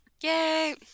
Yay